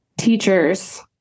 Teachers